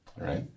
right